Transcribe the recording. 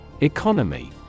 Economy